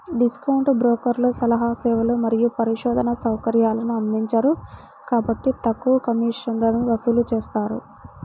discount బ్రోకర్లు సలహా సేవలు మరియు పరిశోధనా సౌకర్యాలను అందించరు కాబట్టి తక్కువ కమిషన్లను వసూలు చేస్తారు